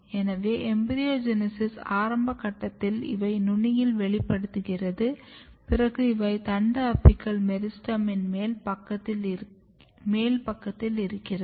எனவே எம்பிரியோஜெனிசிஸ் ஆரம்ப கட்டத்தில் இவை நுனியில் வெளிப்படுகிறது பிறகு இவை தண்டு அபிக்கல் மெரிஸ்டெமின் மேல் பக்கத்தில் இருக்கிறது